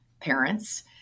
parents